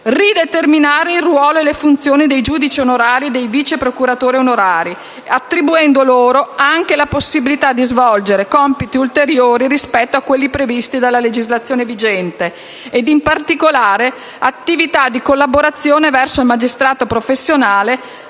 rideterminare il ruolo e le funzioni dei giudici onorari e dei vice procuratori onorari, attribuendo loro anche la possibilità di svolgere compiti ulteriori rispetto a quelli previsti dalla legislazione vigente e, in particolare, attività di collaborazione verso il magistrato professionale,